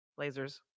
lasers